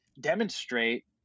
demonstrate